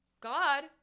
god